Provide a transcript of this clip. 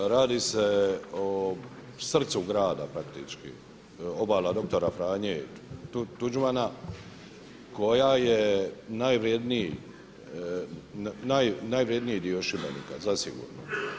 Radi se o srcu grada praktički, Obala doktora Franje Tuđmana, koja je najvrjedniji dio Šibenika zasigurno.